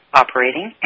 operating